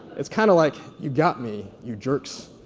it's kind of like you got me, you jerks.